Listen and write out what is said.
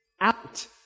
Out